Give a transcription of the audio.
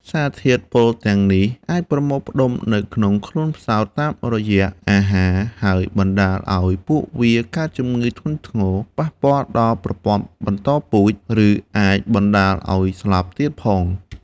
សារធាតុពុលទាំងនេះអាចប្រមូលផ្ដុំនៅក្នុងខ្លួនផ្សោតតាមរយៈអាហារ ហើយបណ្តាលឲ្យពួកវាកើតជំងឺធ្ងន់ធ្ងរ ប៉ះពាល់ដល់ប្រព័ន្ធបន្តពូជ ឬអាចបណ្ដាលឲ្យស្លាប់ទៀតផង។